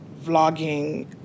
vlogging